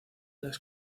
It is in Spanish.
las